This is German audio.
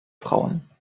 frauen